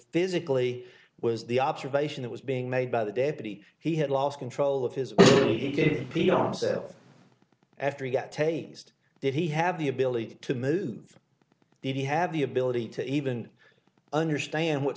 physically was the observation that was being made by the deputy he had lost control of his good p r after he got taste did he have the ability to move he have the ability to even understand what's